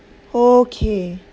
okay